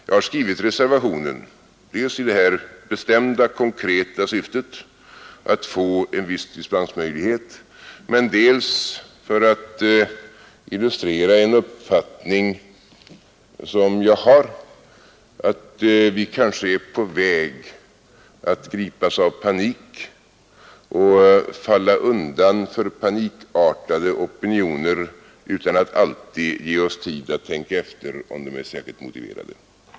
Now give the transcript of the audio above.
Jag har skrivit reservationen dels i det bestämda och konkreta syftet att få en viss dispensmöjlighet men dels också för att illustrera en uppfattning som jag har, nämligen den att vi kanske är på väg att gripas av panik och att falla undan för en panikartad opinion utan att alltid ge oss tid att tänka efter om detta är så särskilt motiverat.